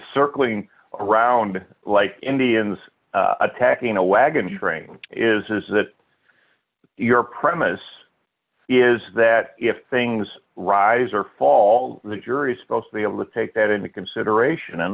circling around like indians attacking a wagon train is that your premise is that if things rise or fall the jury is supposed to be able to take that into consideration and